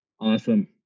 Awesome